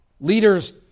Leaders